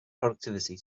productivity